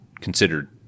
considered